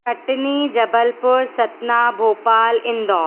Katni Jabalpur Satna Bhopal Indore